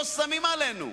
הם לא שמים עלינו.